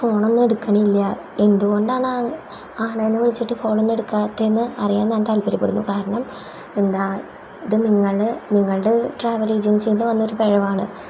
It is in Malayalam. ഫോണൊന്നു എടുക്കണില്ല എന്തുകൊണ്ടാണ് ആ ആളേനെ വിളിച്ചിട്ട് ഫോണൊന്നു എടുക്കാത്തതെന്ന് അറിയാൻ ഞാൻ താത്പര്യപ്പെടുന്നു കാരണം എന്താ ഇത് നിങ്ങൾ നിങ്ങളുടെ ട്രാവൽ ഏജെൻസിയിൽ നിന്നു വന്ന ഒരു പിഴവാണ്